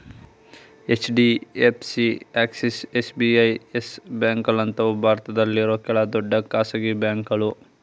HDFC, Axis, SBI, Yes ಬ್ಯಾಂಕ್ಗಳಂತವು ಭಾರತದಲ್ಲಿರೋ ಕೆಲ ದೊಡ್ಡ ಖಾಸಗಿ ಬ್ಯಾಂಕುಗಳು